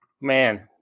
man